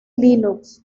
linux